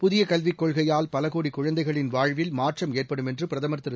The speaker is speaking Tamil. புதிய கல்விக் கொள்கையால் பல கோடி குழந்தைகளின் வாழ்வில் மாற்றம் ஏற்படும் என்று பிரதமர் திரு